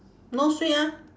no sweet ah